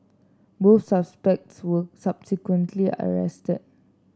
both suspects were subsequently arrested